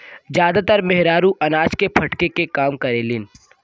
जादातर मेहरारू अनाज के फटके के काम करेलिन